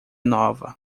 nova